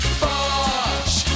bosh